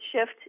shift